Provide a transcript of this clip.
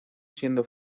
siendo